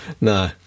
no